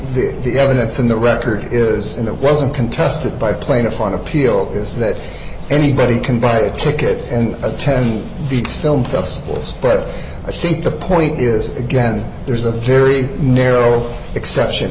think the evidence in the record is and it wasn't contested by plaintiff on appeal is that anybody can buy a ticket and attend these film festivals but i think the point is again there's a very narrow exception